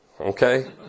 okay